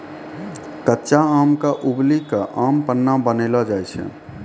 कच्चा आम क उबली कॅ आम पन्ना बनैलो जाय छै